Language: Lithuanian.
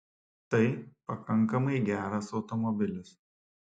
tai pakankamai geras automobilis